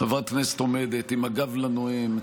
חברת כנסת עומדת עם הגב לנואם,